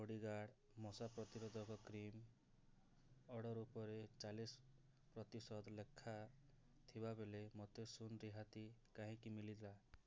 bodyguard ମଶା ପ୍ରତିରୋଧକ cream order ଉପରେ ଚାଳିଶ ପ୍ରତିଶତ ଲେଖା ଥିବାବେଳେ ମୋତେ ଶୂନ ରିହାତି କାହିଁକି ମିଳିଲା